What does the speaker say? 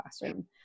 classroom